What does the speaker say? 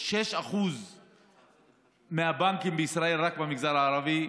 6% מהבנקים בישראל היו במגזר הערבי,